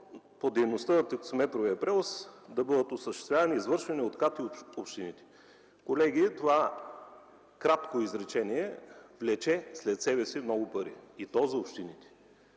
по дейността на таксиметровия превоз да бъде осъществяван, да бъде извършван от КАТ и от общините. Колеги, това кратко изречение влече след себе си много пари и то за общините.